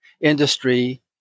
industry